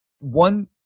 one